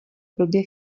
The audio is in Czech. blbě